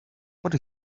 what